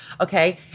okay